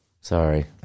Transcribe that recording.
Sorry